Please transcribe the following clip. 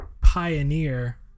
pioneer